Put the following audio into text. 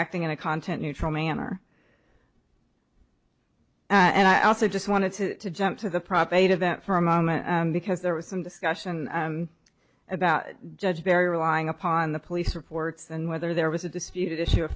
acting in a content neutral manner and i also just wanted to jump to the prop eight event for a moment because there was some discussion about judge perry relying upon the police reports and whether there was a disputed issue